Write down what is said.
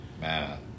Man